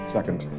Second